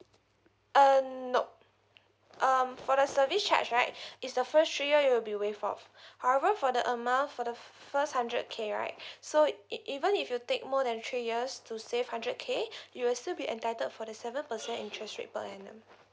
uh nope um for the service charge right it's the first three year it will be waived off however for the amount for the first hundred K right so e~ even if you take more than three years to save hundred K you will still be entitled for the seven percent interest rate per annum